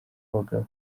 w’abagabo